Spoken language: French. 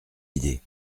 idée